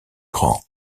grand